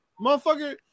motherfucker